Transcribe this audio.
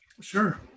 Sure